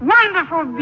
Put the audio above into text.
Wonderful